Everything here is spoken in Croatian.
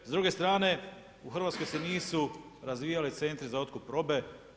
S druge strane, u Hrvatskoj se nisu razvijali centri za otkup robe.